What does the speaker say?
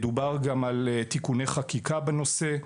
דובר גם על תיקוני חקיקה בנושא.